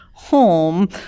home